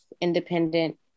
independent